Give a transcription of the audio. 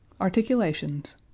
Articulations